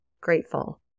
grateful